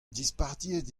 dispartiet